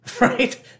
right